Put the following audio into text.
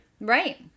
right